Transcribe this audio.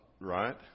right